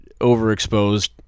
overexposed